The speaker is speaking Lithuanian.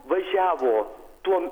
važiavo tuo